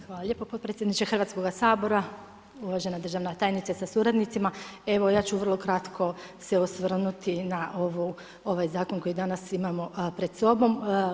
Hvala lijepo potpredsjedniče Hrvatskoga sabora, uvažena državna tajnice sa suradnicima, evo ja ću vrlo kratko se osvrnuti na ovaj zakon koji danas imamo pred sobom.